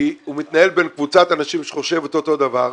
כי הוא מתנהל בין קבוצת אנשים שחושב את אותו דבר.